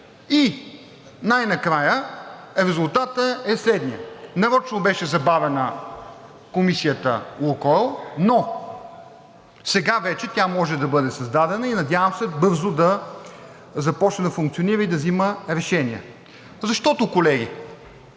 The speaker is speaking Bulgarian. И най-накрая резултатът е следният: нарочно беше забавена комисията „Лукойл“, но сега вече тя може да бъде създадена и надявам се бързо да започне да функционира и да взима решения, защото, колеги,